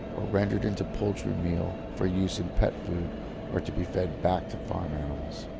rendered into poultry meal for use in pet food or to be fed back to farmed animals.